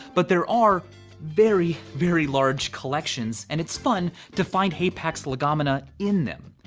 but there are very very large collections and it's fun to find hapax legomena in them.